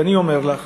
ואני אומר לך: